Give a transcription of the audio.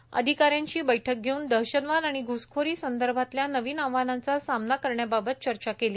च्या अधिकाऱ्यांची बैठक घेऊन दहशतवाद आणि घ्सखोरी संदर्भातल्या नवीन आव्हानांचा सामना करण्याबाबत चर्चा केली